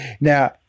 now